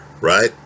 right